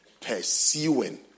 pursuing